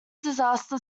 disaster